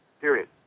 period